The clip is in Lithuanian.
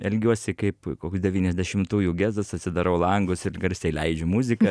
elgiuosi kaip koks devyniasdešimtųjų gezas atsidarau langus ir garsiai leidžiu muziką